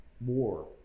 more